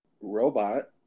Robot